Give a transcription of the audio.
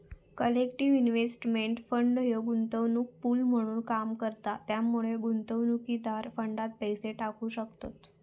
collective investment fund ह्यो गुंतवणूक pool म्हणून काम करता त्यामुळे गुंतवणूकदार फंडात पैसे टाकू शकतत